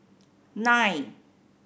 nine